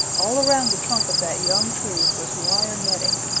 all around the trunk of that young tree was wire netting.